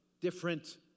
different